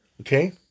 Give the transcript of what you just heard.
Okay